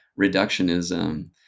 reductionism